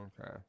Okay